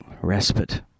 respite